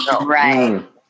Right